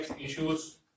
issues